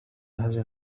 هذه